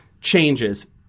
changes